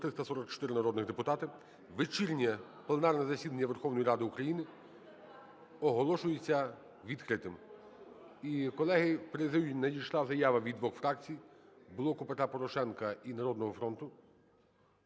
344 народних депутати. Вечірнє пленарне засідання Верховної Ради України оголошується відкритим. І, колеги, в президію надійшла заява від двох фракцій – "Блоку Петра Порошенка" і "Народного фронту",